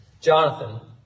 Jonathan